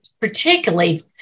particularly